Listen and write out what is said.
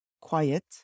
quiet